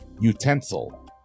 utensil